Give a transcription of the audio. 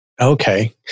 Okay